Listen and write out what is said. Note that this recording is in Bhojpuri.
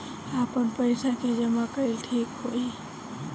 आपन पईसा के जमा कईल ठीक होई?